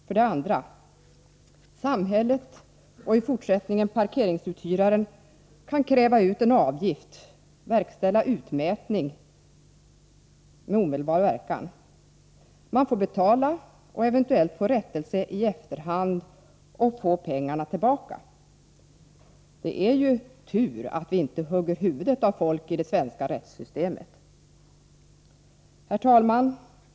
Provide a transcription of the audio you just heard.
För det andra: Samhället — och i fortsättningen även parkeringsuthyraren — kan kräva ut en avgift, verkställa utmätning, med omedelbar verkan. Man får betala och eventuellt få rättelse i efterhand och pengarna tillbaka. Det är ju tur att vi inte hugger huvudet av folk i det svenska rättssystemet! Herr talman!